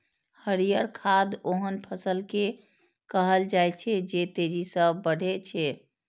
हरियर खाद ओहन फसल कें कहल जाइ छै, जे तेजी सं बढ़ै छै